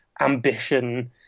ambition